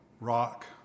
rock